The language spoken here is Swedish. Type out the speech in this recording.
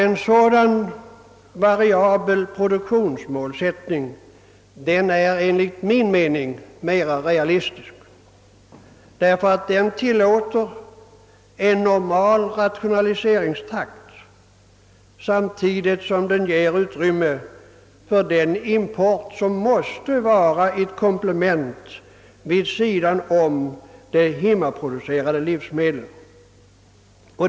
En sådan variabel porduktionsmålsättning är enligt min mening mera realistisk, eftersom den tillåter en normal rationaliseringstakt samtidigt som den ger utrymme för den import som måste vara ett komplement till de hemmaproducerade livsmedlen.